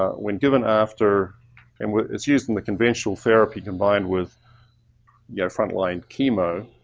ah when given after and it's used in the conventional therapy combined with yeah frontline chemo,